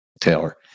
Taylor